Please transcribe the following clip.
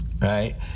right